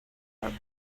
are